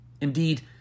Indeed